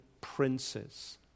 princes